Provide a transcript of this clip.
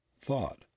thought